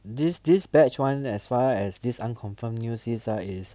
this this batch one as far as this unconfirmed news is ah is